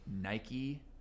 Nike